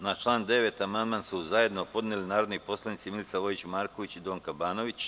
Na član 9. amandman su zajedno podneli narodni poslanici Milica Vojić Marković i Donka Banović.